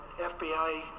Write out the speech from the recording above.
fbi